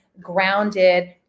grounded